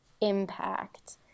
impact